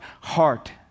heart